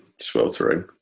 sweltering